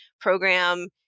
program